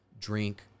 drink